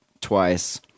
twice